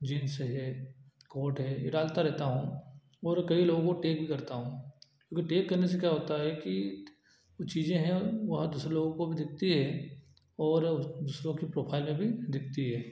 jeans है coat है डालता रहता हूँ और कई लोगों को टैग भी करता हूँ क्योंकि टैग करने से क्या होता है कि कुछ चीजें हैं वह आप जैसे लोगों को भी दिखती हैं और दूसरों की प्रोफाइलें भी दिखती हैं